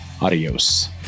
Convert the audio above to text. Adios